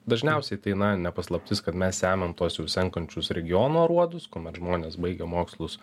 dažniausiai tai na ne paslaptis kad mes semiam tuos vis senkančius regiono aruodus kuomet žmonės baigę mokslus